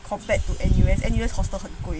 compared to N_U_S N_U_S hostel 很贵